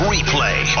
Replay